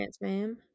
ma'am